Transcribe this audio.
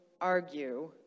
argue